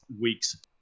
week's